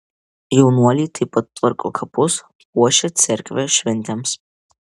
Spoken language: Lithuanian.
jaunuoliai taip pat tvarko kapus puošia cerkvę šventėms